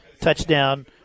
touchdown